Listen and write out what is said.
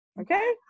okay